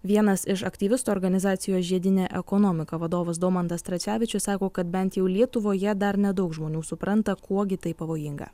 vienas iš aktyvistų organizacijos žiedinė ekonomika vadovas domantas tracevičius sako kad bent jau lietuvoje dar nedaug žmonių supranta kuo gi tai pavojinga